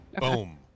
Boom